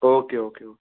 okay okay